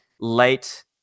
late